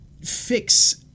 fix